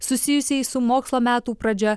susijusiais su mokslo metų pradžia